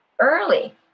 early